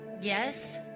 Yes